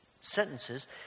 sentences